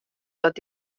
dat